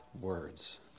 words